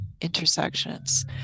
intersections